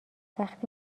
وقتی